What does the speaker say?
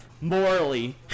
morally